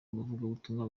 abavugabutumwa